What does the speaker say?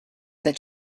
that